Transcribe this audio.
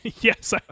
Yes